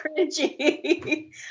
cringy